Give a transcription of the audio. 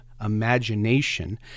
imagination